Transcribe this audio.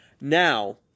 Now